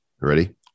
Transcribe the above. Ready